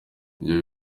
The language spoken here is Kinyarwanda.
ibyo